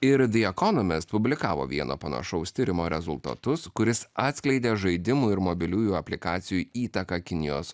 ir the ekonomist publikavo vieno panašaus tyrimo rezultatus kuris atskleidė žaidimų ir mobiliųjų aplikacijų įtaką kinijos